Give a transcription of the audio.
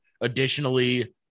additionally